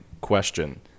question